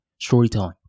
storytelling